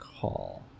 call